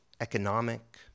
economic